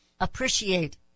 appreciate